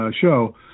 show